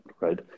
right